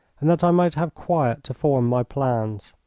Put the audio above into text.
and that i might have quiet to form my plans.